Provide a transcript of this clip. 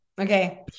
Okay